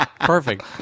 Perfect